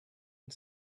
and